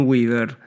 Weaver